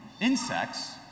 insects